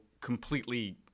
completely